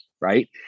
right